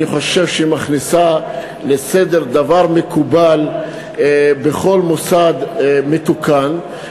אני חושב שהיא מכניסה לסדר דבר מקובל בכל מוסד מתוקן,